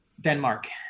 Denmark